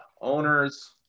owners